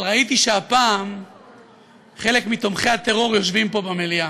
אבל ראיתי שהפעם חלק מתומכי הטרור יושבים פה במליאה,